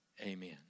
Amen